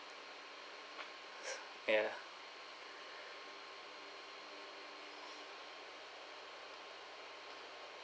s~ yeah